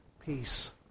peace